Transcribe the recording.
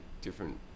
different